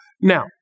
Now